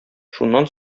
шуннан